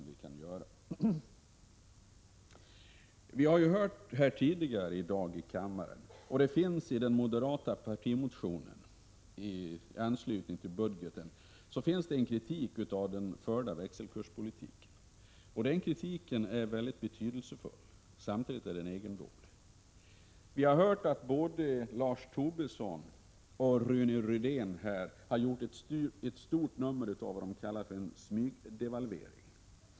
Vi har i dag fått höra — och det finns i den moderata partimotionen i anslutning till budgeten — kritik mot den förda växelkurspolitiken. Den kritiken är betydelsefull men samtidigt egendomlig. Både Lars Tobisson och Rune Rydén har här gjort ett stort nummer av vad de kallar smygdevalvering.